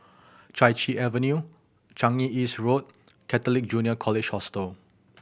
Chai Chee Avenue Changi East Road Catholic Junior College Hostel